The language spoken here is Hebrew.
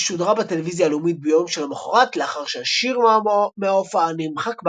שודרה בטלוויזיה הלאומית ביום שלמחרת לאחר שהשיר מההופעה נמחק בעריכה,